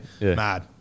Mad